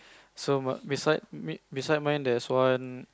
so my beside me beside mine there's one